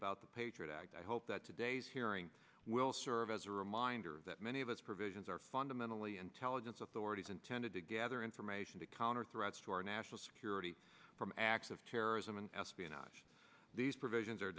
about the patriot act i hope that today's hearing will serve as a finder that many of its provisions are fundamentally intelligence authorities intended to gather information to counter threats to our national security from acts of terrorism and espionage these provisions are